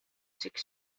six